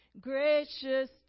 gracious